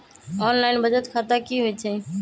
Online बचत खाता की होई छई?